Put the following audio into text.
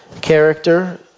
character